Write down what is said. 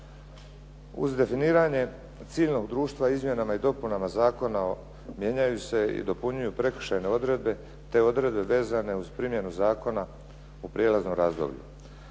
Uz definiranje ciljnog društva izmjenama i dopunama zakona mijenjaju se i dopunjuju prekršajne odredbe te odredbe vezane uz primjenu zakona u prijelaznom razdoblju.